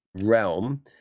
realm